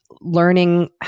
learning